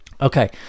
Okay